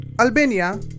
Albania